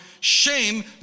shame